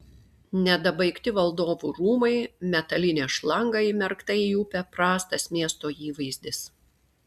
nedabaigti valdovų rūmai metalinė šlanga įmerkta į upę prastas miesto įvaizdis